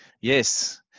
Yes